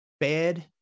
bad